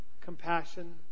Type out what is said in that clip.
compassion